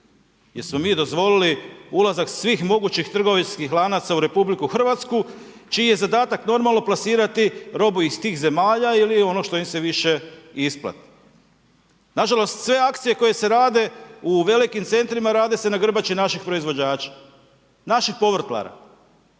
jer smo mi dozvolili ulazak svih mogućih trgovinskih lanaca u RH čiji je zadatak normalno plasirati robu iz tih zemalja ili ono što im se više isplati. Nažalost, sve akcije koje se rade u velikim centrima, rade se na grbači naših proizvođača. Naših povrtlara.